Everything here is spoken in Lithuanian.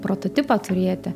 prototipą turėti